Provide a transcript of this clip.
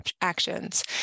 actions